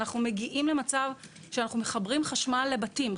אנחנו מגיעים למצב שאנחנו מחברים חשמל לבתים,